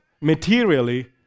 materially